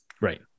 Right